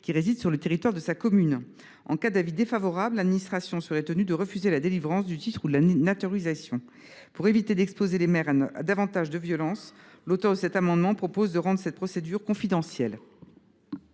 qui réside sur le territoire de sa commune. En cas d’avis défavorable, l’administration serait tenue de refuser la délivrance du titre ou la naturalisation. Pour éviter d’exposer les maires à davantage de violences, nous proposons de rendre cette procédure confidentielle.